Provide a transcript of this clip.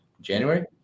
January